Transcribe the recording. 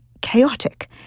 chaotic